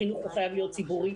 החינוך חייב להיות ציבורי.